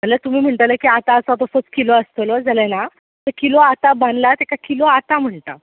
नाजाल्या तुमी म्हणटले आतां आसा तसोच किल्लो आसतलो जाल्यार ना तर किलो आतां बांदला तेका किलो आतां म्हणटा